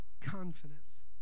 confidence